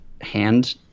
hand